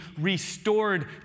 restored